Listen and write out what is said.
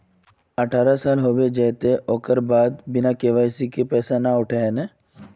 अठारह साल होबे जयते ओकर बाद बिना के.वाई.सी के पैसा न उठे है नय?